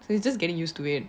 so it's just getting used to it